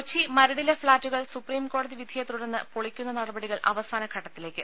കൊച്ചി മരടിലെ ഫ്ളാറ്റുകൾ സുപ്രീംകോടതി വിധിയെ തുടർന്ന് പൊളിക്കുന്ന നടപടികൾ അവസാന ഘട്ടത്തിലേക്ക്